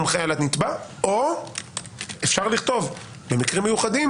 או אפשר לכתוב: "במקרים מיוחדים